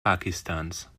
pakistans